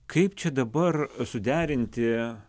kaip čia dabar suderinti